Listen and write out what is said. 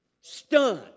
stunned